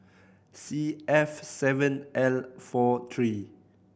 C F seven L four three